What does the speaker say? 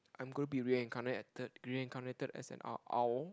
I'm going to be reincarnated reincarnated as an ow~ owl